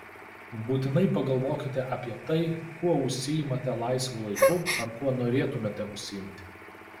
būtinai pagalvokite apie tai kuo užsiimate laisvu laiku ar kuo norėtumėte užsiimti